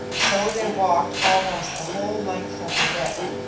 so they walked almost the whole length of the deck.